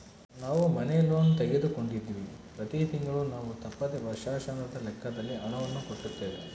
ನಾವು ಮನೆ ಲೋನ್ ತೆಗೆದುಕೊಂಡಿವ್ವಿ, ಪ್ರತಿ ತಿಂಗಳು ನಾವು ತಪ್ಪದೆ ವರ್ಷಾಶನದ ಲೆಕ್ಕದಲ್ಲಿ ಹಣವನ್ನು ಕಟ್ಟುತ್ತೇವೆ